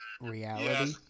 reality